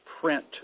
print